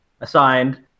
assigned